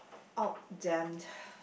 out damn